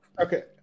Okay